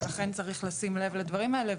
לכן צריך לשים לב לדברים האלה,